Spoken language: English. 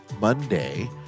Monday